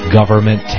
Government